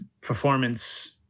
performance